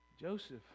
Joseph